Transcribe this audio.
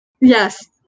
yes